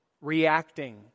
reacting